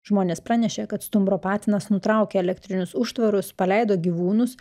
žmonės pranešė kad stumbro patinas nutraukė elektrinius užtvarus paleido gyvūnus